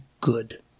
good